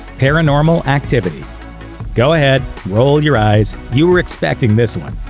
paranormal activity go ahead roll your eyes. you were expecting this one.